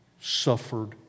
suffered